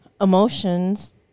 emotions